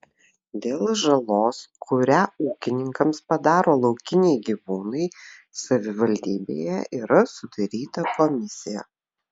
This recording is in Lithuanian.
dėl žalos kurią ūkininkams padaro laukiniai gyvūnai savivaldybėje yra sudaryta komisija